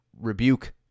rebuke